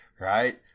right